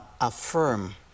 affirm